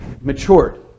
matured